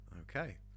Okay